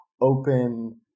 open